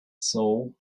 soul